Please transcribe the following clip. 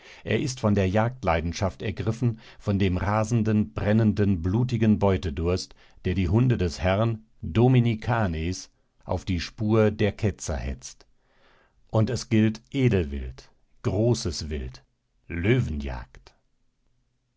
er ist von der jagdleidenschaft ergriffen von dem rasenden brennenden blutigen beutedurst der die hunde des herrn domini canes auf die spur der ketzer hetzt und es gilt edelwild großes wild löwenjagd